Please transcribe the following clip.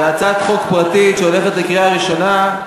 זו הצעת חוק פרטית שהולכת לקריאה ראשונה.